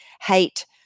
hate